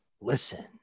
Listen